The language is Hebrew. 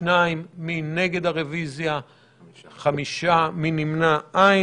2 נגד, 5 נמנעים, אין